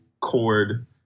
chord